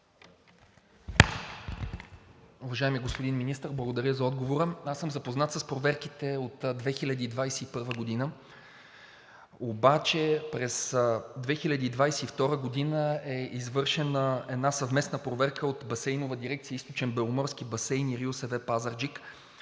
Уважаеми господин Министър, благодаря за отговора. Аз съм запознат с проверките от 2021 г., обаче през 2022 г. е извършена една съвместна проверка от Басейнова дирекция „Източнобеломорски басейн“ и РИОСВ – Пазарджик,